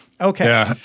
Okay